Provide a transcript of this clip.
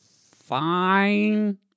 fine